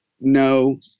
No